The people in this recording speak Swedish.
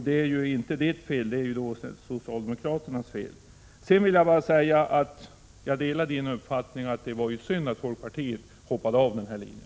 Då är det inte ert fel utan socialdemokraternas fel. Till sist vill jag bara säga att jag delar Jörn Svenssons uppfattning att det var synd att folkpartiet hoppade av från den här linjen.